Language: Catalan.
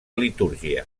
litúrgia